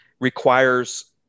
requires